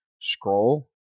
scroll